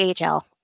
AHL